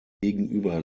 gegenüber